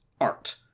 art